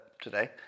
today